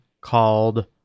called